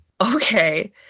okay